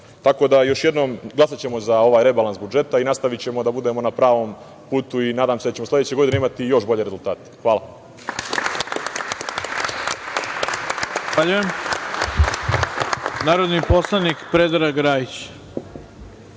da, još jednom, glasaćemo za ovaj rebalans budžeta i nastavićemo da budemo na pravom putu i nadam se da ćemo sledeće godine imati još bolje rezultate. Hvala.